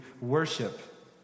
worship